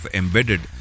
embedded